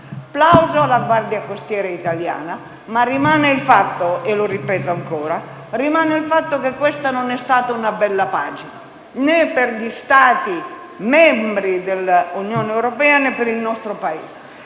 plauso va alla Guardia costiera italiana, ma rimane il fatto - e lo ripeto ancora - che questa non è stata una bella pagina, né per gli Stati membri dell'Unione europea, né per il nostro Paese,